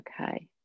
Okay